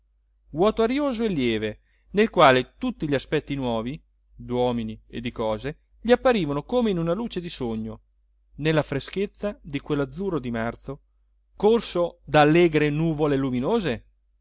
e lieve nel quale tutti gli aspetti nuovi duomini e di cose gli apparivano come in una luce di sogno nella freschezza di quellazzurro di marzo corso da allegre nuvole luminose